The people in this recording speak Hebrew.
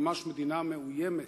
ממש מדינה מאוימת.